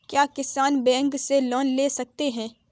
क्या किसान बैंक से लोन ले सकते हैं?